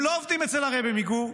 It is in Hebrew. הם לא עובדים אצל הרבי מגור,